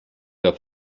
der